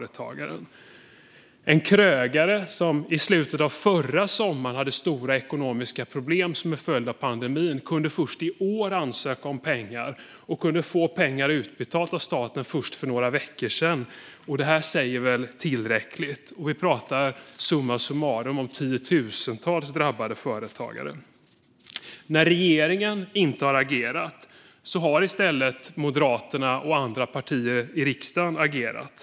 En krögare som i slutet av förra sommaren hade stora ekonomiska problem som en följd av pandemin kunde först i år ansöka om pengar och kunde först för några veckor sedan få pengar utbetalda av staten. Det säger väl tillräckligt. Och vi pratar summa summarum om tiotusentals drabbade företagare. När regeringen inte har agerat har i stället Moderaterna och andra partier i riksdagen agerat.